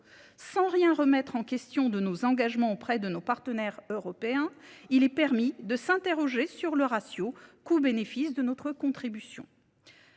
Sans rien remettre en question de nos engagements auprès de nos partenaires européens, il est permis de s’interroger sur le ratio coût bénéfice de notre contribution.